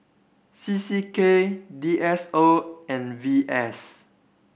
C C K D S O and V S